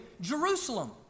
Jerusalem